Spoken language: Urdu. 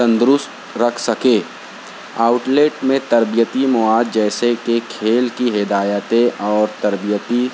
تندرست رکھ سکے آؤٹلیٹ میں تربیتی مواد جیسے کہ کھیل کی ہدایتیں اور تربیتی